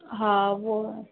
हा उहो आहे